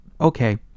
okay